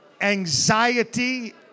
anxiety